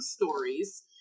stories